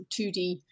2D